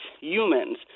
humans